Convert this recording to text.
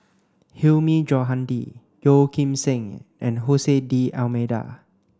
Hilmi Johandi Yeo Kim Seng and Hose D'almeida